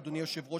אדוני היושב-ראש,